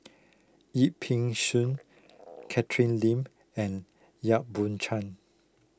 Yip Pin Xiu Catherine Lim and Yap Boon Chuan